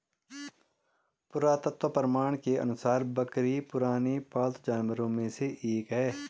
पुरातत्व प्रमाण के अनुसार बकरी पुराने पालतू जानवरों में से एक है